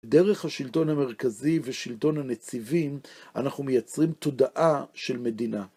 דרך השלטון המרכזי ושלטון הנציבים, אנחנו מייצרים תודעה של מדינה.